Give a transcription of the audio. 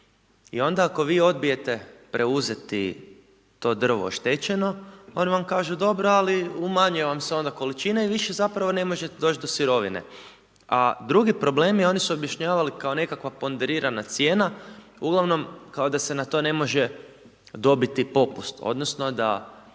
i onda ako vi odbijete preuzeti to drvo oštećeno, onda vam kažu dobro, ali umanjuje vam se onda količina i više zapravo ne možete doći do sirovine. A drugi problem je, oni su objašnjavali kao nekakva ponderirana cijena, uglavnom, kao da se na to ne može dobiti popust, odnosno da